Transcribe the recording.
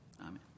amen